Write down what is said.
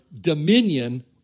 dominion